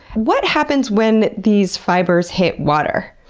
what happens when these fibers hit water?